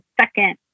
second